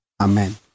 Amen